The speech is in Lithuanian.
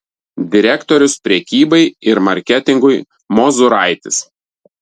direktorius prekybai ir marketingui mozuraitis